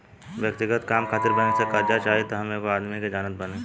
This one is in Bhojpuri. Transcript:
व्यक्तिगत काम खातिर बैंक से कार्जा चाही त हम एगो आदमी के जानत बानी